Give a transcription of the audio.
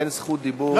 אין זכות לרשות דיבור.